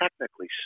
technically